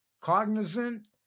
cognizant